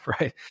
right